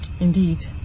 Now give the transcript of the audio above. Indeed